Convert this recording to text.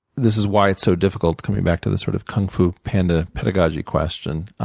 this is why it's so difficult, coming back to this sort of kung fu panda pedagogy question,